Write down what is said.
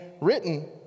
written